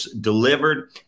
delivered